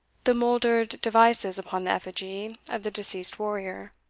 the mouldered devices upon the effigy of the deceased warrior.